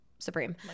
Supreme